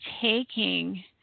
Taking